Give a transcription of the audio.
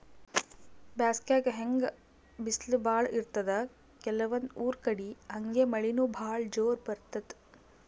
ಬ್ಯಾಸ್ಗ್ಯಾಗ್ ಹೆಂಗ್ ಬಿಸ್ಲ್ ಭಾಳ್ ಇರ್ತದ್ ಕೆಲವಂದ್ ಊರ್ ಕಡಿ ಹಂಗೆ ಮಳಿನೂ ಭಾಳ್ ಜೋರ್ ಬರ್ತದ್